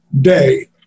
day